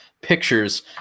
pictures